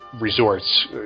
Resorts